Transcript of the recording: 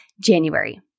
January